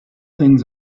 things